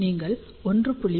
நீங்கள் 1